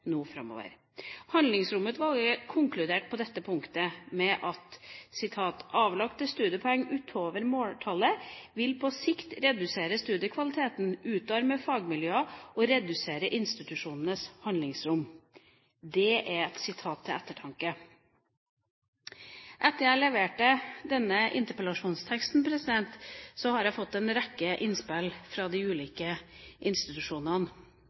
framover. Handlingsromutvalget konkluderte på dette punktet med at «Avlagte studiepoeng utover måltallet vil på sikt redusere studiekvaliteten, utarme fagmiljøer og redusere institusjonenes handlingsrom.» Det er et sitat til ettertanke. Etter at jeg leverte denne interpellasjonsteksten, har jeg fått en rekke innspill fra de ulike institusjonene.